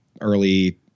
early